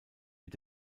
mit